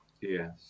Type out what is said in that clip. Yes